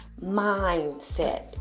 mindset